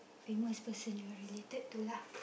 famous person you are related to lah